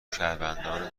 شهروندان